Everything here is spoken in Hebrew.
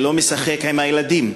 שלא משחק עם הילדים,